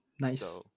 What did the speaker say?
Nice